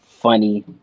funny